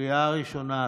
בקריאה ראשונה.